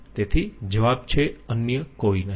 તેથી જવાબ છે અન્ય કોઈ નહીં